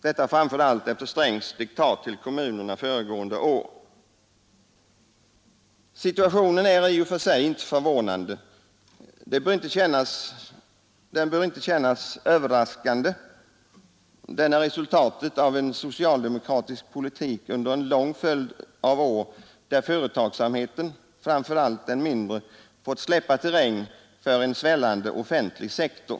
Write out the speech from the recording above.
Detta framför allt efter herr Strängs diktat till kommunerna föregående år Situationen är i och för sig inte förvånande. Den bör inte kännas överraskande. Den är resultatet av en socialdemokratisk politik under en lång följd av år där företagsamheten — framför allt den mindre fått släppa terräng för en svällande offentlig sektor.